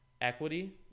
Equity